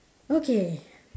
okay